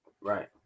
Right